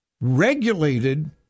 regulated